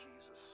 Jesus